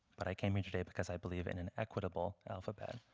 but i came here today because i believe in an equitable alphabet,